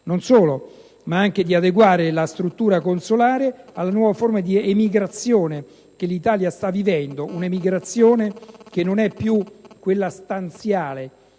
non solo, ma anche di adeguare la struttura consolare alla nuova forma di emigrazione che l'Italia sta vivendo: un'emigrazione che non è più quella stanziale